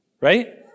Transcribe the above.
right